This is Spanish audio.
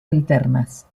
alternas